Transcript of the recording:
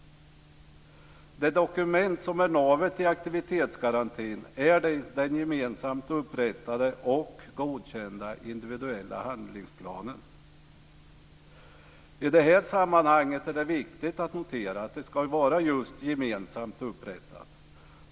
Det dokument som är navet i aktivitetsgarantin är den gemensamt upprättade och godkända individuella handlingsplanen. I det här sammanhanget är det viktigt att notera att den ska vara just gemensamt upprättad.